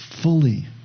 fully